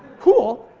cool.